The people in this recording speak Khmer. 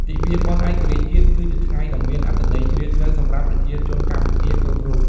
ទិវាបុណ្យឯករាជ្យជាតិ គឺជាថ្ងៃដ៏មានអត្ថន័យជ្រាលជ្រៅសម្រាប់ប្រជាជនកម្ពុជាគ្រប់រូប។